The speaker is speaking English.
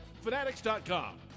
fanatics.com